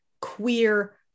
queer